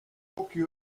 tokio